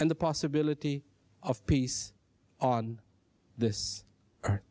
and the possibility of peace on this